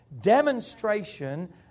demonstration